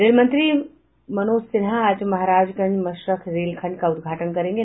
rail राज्य मंत्री मनोज सिन्हा आज महाराजगंज मशरख रेलखंड का उद्घाटन करेंगे